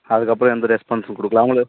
அதுக்கப்புறம் எந்த ரெஸ்பான்ஸும் கொடுக்கல அவங்கள